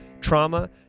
trauma